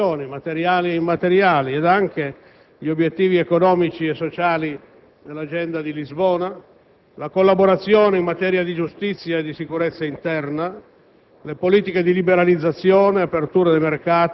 la dimensione europea nelle infrastrutture di comunicazione (materiali e immateriali), ed anche gli obiettivi economici e sociali dell'Agenda di Lisbona, la collaborazione in materia di giustizia e di sicurezza interna,